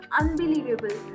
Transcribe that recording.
unbelievable